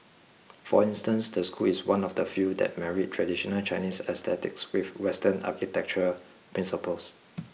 for instance the school is one of the few that married traditional Chinese aesthetics with western architectural principles